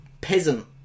peasant